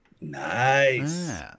Nice